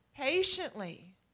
patiently